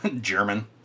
German